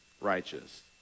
righteous